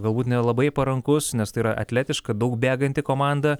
galbūt nelabai parankus nes tai yra atletiška daug bėganti komanda